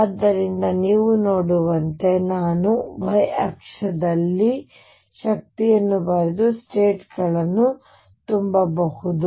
ಆದ್ದರಿಂದ ನೀವು ನೋಡುವಂತೆ ನಾನು y ಅಕ್ಷದಲ್ಲಿ ಶಕ್ತಿಯನ್ನು ಬರೆದು ಸ್ಟೇಟ್ ಗಳನ್ನು ತುಂಬಬಹುದು